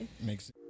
Makes